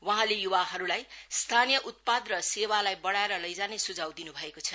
वहाँले युवाहरूलाई स्थानीय उत्पाद र सेवालाई बडाएर लैजाने सुझाव दिनु भएको छ